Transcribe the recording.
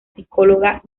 psicóloga